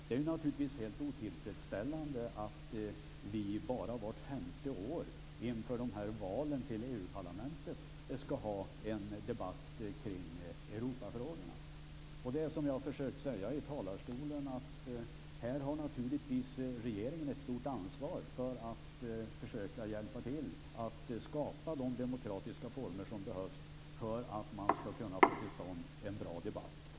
Det är naturligtvis helt otillfredsställande att vi bara vart femte år, inför de här valen till EU-parlamentet, skall ha en debatt kring Europafrågorna. Det är som jag har försökt säga i talarstolen: Här har naturligtvis regeringen ett stort ansvar för att försöka hjälpa till att skapa de demokratiska former som behövs för att man skall kunna få till stånd en bra debatt.